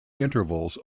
intervals